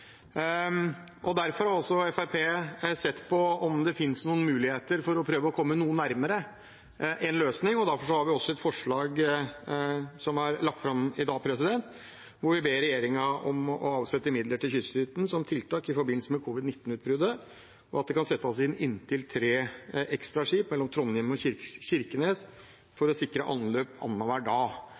Derfor har Fremskrittspartiet sett på om det finnes noen muligheter for å prøve å komme noe nærmere en løsning, og derfor har vi også lagt fram et forslag i dag der vi ber regjeringen avsette midler til kystruten som tiltak i forbindelse med covid-19-utbruddet, og at det kan settes inn inntil tre ekstra skip mellom Trondheim og Kirkenes for å sikre anløp annenhver dag.